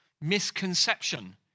misconception